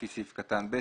לפי סעיף קטן (ב),